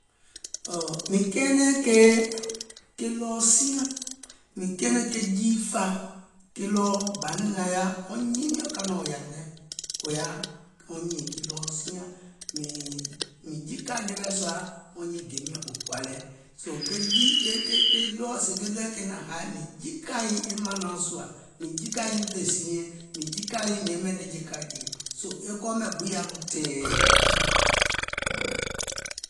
Ɔ̀ɔ̀, mìŋ kɛɛnɛ̀ŋ kee, mìŋ kɛɛnɛ̀ŋ ke ɗɔɔ siaŋ mìŋ kɛɛnɛ̀ŋ ke jii fàa wɔŋ nyiiŋ miɔ̀ŋ kȧŋ nɔ̀ɔŋ wɔ̀ŋ yȧȧìm lɛ kò yaà wɔŋ nyììŋ ke ɗɔɔ siaŋ, mìŋ jikȧ ɗeweɛ̀ wɔŋ nyiiŋ gèe miɔ̀ŋ wɔ̀ŋ kɔ̀ȧ lɛ sèè ke ɗɔɔɛ̀ ke naȧŋ haì mìŋ jikà nyiìŋ e mànaŋ sùà, mìŋ jikà nyìŋ fè siinyɛŋ, mìŋ jikȧ nyìŋ mìŋ yɛmɛ̀ nɛ̀ŋje ka jè soo e kɔɔ mɛ̀ gbiŋ yaȧ nɔŋ tɛ̀ɛ̀.